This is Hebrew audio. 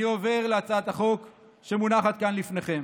אני עובר להצעת החוק שמונחת כאן לפניכם,